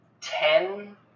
ten